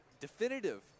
Definitive